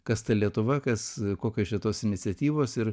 kas ta lietuva kas kokios čia tos iniciatyvos ir